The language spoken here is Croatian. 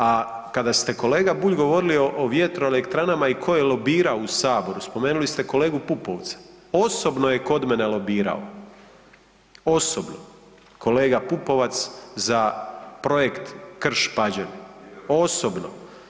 A kada ste kolega Bulj govorili o vjetroelektranama i tko je lobirao u saboru spomenuli ste kolegu Pupovca, osobno je kod mene lobirao, osobno, kolega Pupovac za projekt Krš Pađen, osobno.